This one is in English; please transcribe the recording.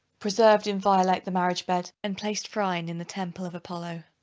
preserved inviolate like the marriage bed, and placed phryne in the temple of apollo!